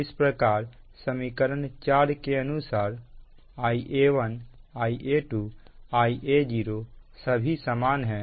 इस प्रकार समीकरण 4 के अनुसार Ia1 Ia2 Ia0 सभी समान है